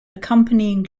accompanying